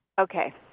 Okay